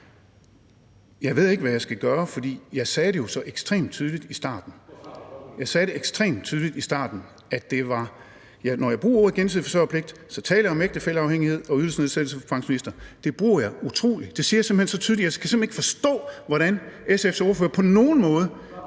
Jeg ved ikke, hvad jeg skal gøre, for jeg sagde det jo så ekstremt tydeligt i starten. Jeg sagde ekstremt tydeligt i starten, at jeg, når jeg bruger ordet gensidig forsørgerpligt, så taler om ægtefælleafhængighed og ydelsesnedsættelse for pensionister. Så det er utroligt, for jeg siger det simpelt hen så tydeligt, og jeg kan ikke forstå, hvordan SF's ordfører på nogen måde